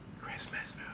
Christmas